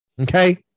okay